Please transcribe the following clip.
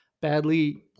badly